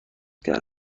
کرده